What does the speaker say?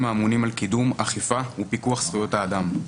האמונים על קידום אכיפה ופיקוח על זכויות האדם.